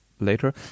later